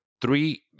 three